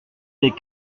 des